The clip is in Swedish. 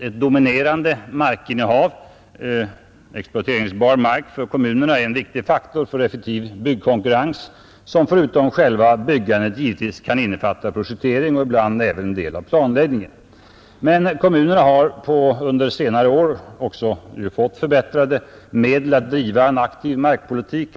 Ett dominerande kommunalt innehav av exploateringsbar mark är en viktig faktor för effektiv byggkonkurrens, som förutom själva byggandet givetvis kan innefatta projekteringen och ibland även en del av planläggningen. Kommunerna har under senare år också fått förbättrade medel att driva en aktiv markpolitik.